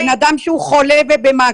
בן אדם שהוא חולה במעקב,